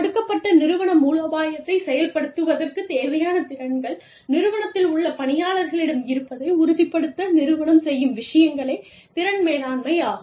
கொடுக்கப்பட்ட நிறுவன மூலோபாயத்தை செயல்படுத்துவதற்குத் தேவையான திறன்கள் நிறுவனத்தில் உள்ள பணியாளர்களிடம் இருப்பதை உறுதிப்படுத்த நிறுவனம் செய்யும் விஷயங்களே திறன் மேலாண்மை ஆகும்